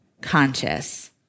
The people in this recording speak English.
conscious